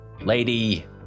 Lady